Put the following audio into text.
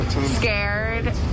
scared